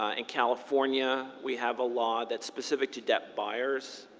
ah in california we have a law that's specific to debt buyers,